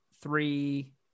three